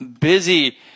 busy